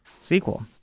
sequel